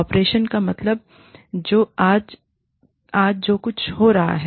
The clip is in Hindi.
ऑपरेशन का मतलब है आज जो कुछ हो रहा है